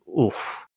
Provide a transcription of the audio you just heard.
oof